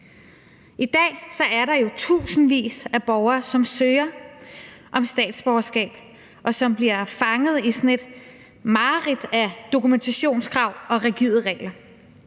I dag er der jo tusindvis af borgere, som søger om statsborgerskab, og som bliver fanget i sådan et mareridt af dokumentationskrav og rigide regler.